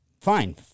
fine